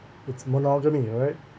it's monogamy all right